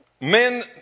men